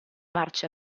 marce